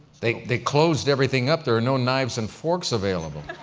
they they closed everything up. there are no knives and forks available.